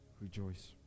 rejoice